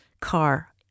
car